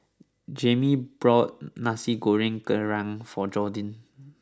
Jammie bought Nasi Goreng Kerang for Jordin